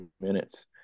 minutes